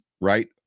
right